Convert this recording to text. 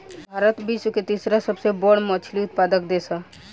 भारत विश्व के तीसरा सबसे बड़ मछली उत्पादक देश ह